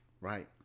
right